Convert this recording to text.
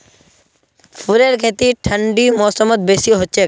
फूलेर खेती ठंडी मौसमत बेसी हछेक